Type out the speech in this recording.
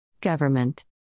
Government